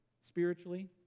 spiritually